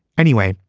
anyway,